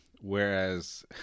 Whereas